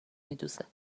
میدوزه